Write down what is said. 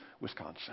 Wisconsin